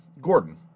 Gordon